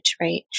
right